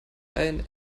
einen